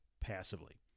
passively